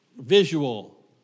visual